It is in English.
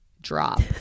drop